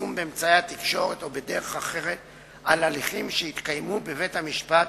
פרסום באמצעי התקשורת או בדרך אחרת על הליכים שהתקיימו בבית-המשפט